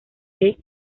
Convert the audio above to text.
que